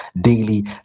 daily